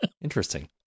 Interesting